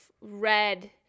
red